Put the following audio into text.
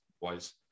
wise